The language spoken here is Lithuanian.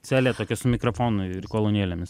celė tokia su mikrofonu ir kolonėlėmis